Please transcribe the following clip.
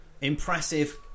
Impressive